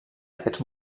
aquests